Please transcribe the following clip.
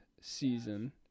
season